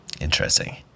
Interesting